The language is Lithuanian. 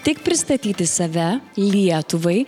tik pristatyti save lietuvai